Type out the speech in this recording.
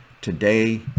today